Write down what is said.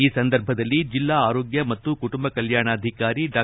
ಈ ಸಂದರ್ಭದಲ್ಲಿ ಜಿಲ್ಲಾ ಆರೋಗ್ಯ ಮತ್ತು ಕುಟುಂಬ ಕಲ್ಯಾಣಾಧಿಕಾರಿ ಡಾ